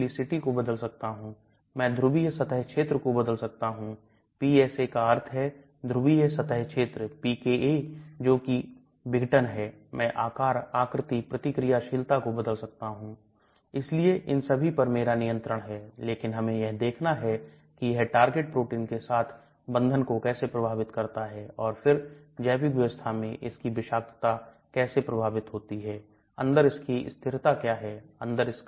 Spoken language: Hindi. तो आप एक बड़ा अंतर देखते हैं इसलिए जाहिर है कि विभिन्न प्रजातियों के बीच दवा के खाली होने के कारण दवा के प्रदर्शन में अंतर आ सकता है और जब मैं जानवरों के साथ क्लीनिकल परीक्षण कर रहा हूं तो परिणाम संशोधित हो सकते हैं क्योंकि खाली करने का समय बहुत अलग है